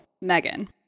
Megan